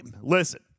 listen